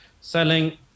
selling